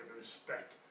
respect